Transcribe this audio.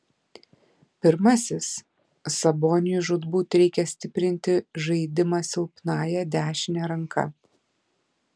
pirmasis saboniui žūtbūt reikia stiprinti žaidimą silpnąja dešine ranka